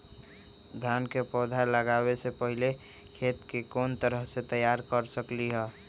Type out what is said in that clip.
धान के पौधा लगाबे से पहिले खेत के कोन तरह से तैयार कर सकली ह?